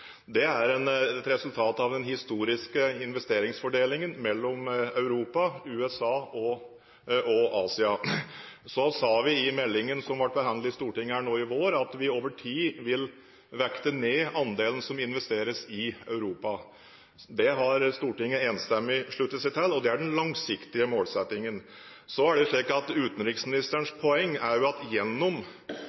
Det er et resultat av den historiske investeringsfordelingen mellom Europa, USA og Asia. I meldingen som ble behandlet her i Stortinget i vår, sa vi at vi over tid vil vekte ned andelen som investeres i Europa. Det har Stortinget enstemmig sluttet seg til, og det er den langsiktige målsettingen. Utenriksministerens poeng er jo at gjennom investeringer som vi gjør i Europa, i et langsiktig perspektiv, er